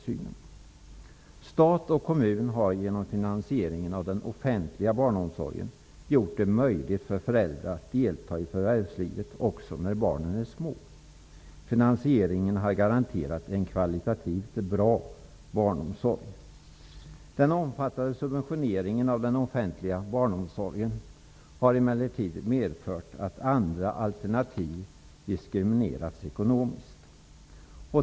Stat och kommun har genom finansieringen av den offentliga barnomsorgen gjort det möjligt för föräldrar att delta i förvärvslivet också när barnen är små. Finansieringen har garanterat en kvalitativt bra barnomsorg. Den omfattande subventioneringen av den offentliga barnomsorgen har emellertid medfört att andra alternativ diskriminerats ekonomiskt.